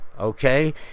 okay